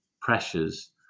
pressures